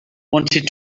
wanted